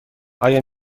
آیا